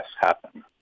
happen